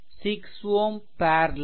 6 Ω parallel